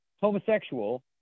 homosexual